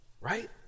Right